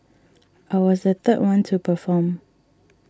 I was the third one to perform